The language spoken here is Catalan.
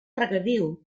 regadiu